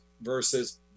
versus